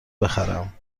بخرم